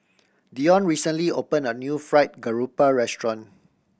Dionne recently opened a new Fried Garoupa restaurant